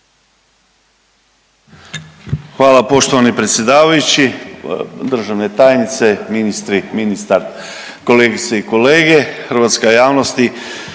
Hvala poštovani predsjedavajući, državne tajnice, ministri, ministar, kolegice i kolege i hrvatska javnosti.